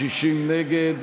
60 נגד.